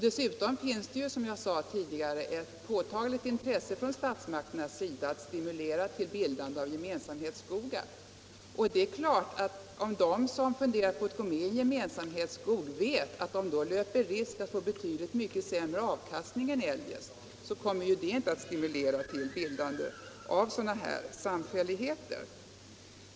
Dessutom finns det, som jag sade tidigare, ett påtagligt intresse från statsmakternas sida att stimulera till bildande av gemensamhetsskogar. Det är klart att om de som funderat på att gå med i gemensamhetsskog vet att de då löper risk att få betydligt sämre avkastning än eljest så kommer det inte att stimulera till bildande av sådana samfälligheter.